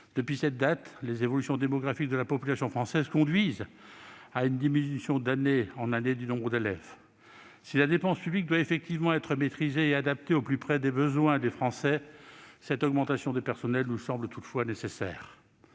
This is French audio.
Depuis cette date, les évolutions démographiques de la population française conduisent à une diminution du nombre d'élèves d'année en année. Si la dépense publique doit être maîtrisée et adaptée au plus près des besoins des Français, cette augmentation de personnel nous paraît toutefois nécessaire.